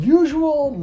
usual